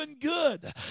good